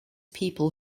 people